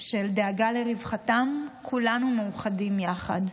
של דאגה לרווחתם, כולנו מאוחדים יחד.